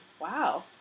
Wow